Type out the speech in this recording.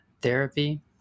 Therapy